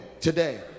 Today